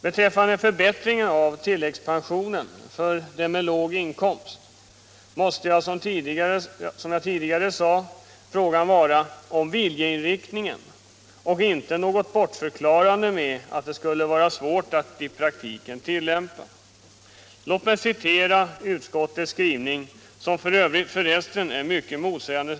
Beträffande förbättringen av tilläggspensionen för människor med låg inkomst måste det, som jag tidigare sade, vara fråga om viljeinriktningen, och det får inte vara något bortförklarande att det skulle vara svårt att i praktiken tillämpa systemet. Låt mig citera utskottets skrivning, som för resten är mycket motsägelsefull.